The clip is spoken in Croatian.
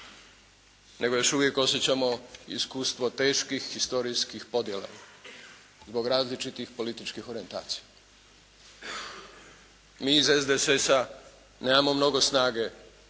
nego još uvijek osjećamo iskustvo teških historijskih podjela zbog različitih političkih orijentacija. Mi iz SDSS-a nemamo mnogo snage